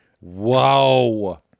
Wow